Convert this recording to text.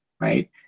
right